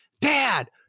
Dad